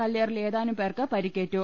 കല്ലേറിൽ ഏതാ നുംപേർക്ക് പരിക്കേറ്റു